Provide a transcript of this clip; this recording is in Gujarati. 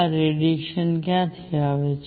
આ રેડીએશન ક્યાંથી આવે છે